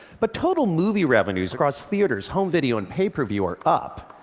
but total movie revenues across theaters, home video and pay-per-view are up.